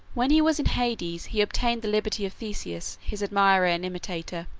when he was in hades he obtained the liberty of theseus, his admirer and imitator,